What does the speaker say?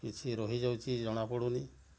କିଛି ରହିଯାଉଛି ଜଣାପଡ଼ୁନି